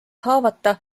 haavata